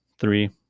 three